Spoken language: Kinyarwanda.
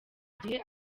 igihe